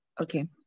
Okay